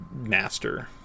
master